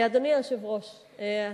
אדוני היושב-ראש,